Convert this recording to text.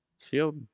feel